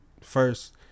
first